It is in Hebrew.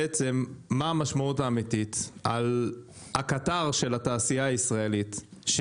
מה המשמעות האמיתית וההשפעה על הקטר של התעשיה הישראלית.